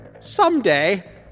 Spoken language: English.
Someday